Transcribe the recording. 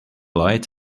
light